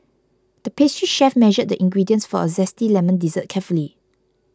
the pastry chef measured the ingredients for a Zesty Lemon Dessert carefully